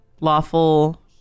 Lawful